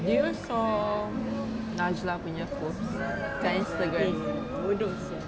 did you saw najlah punya post kat instagram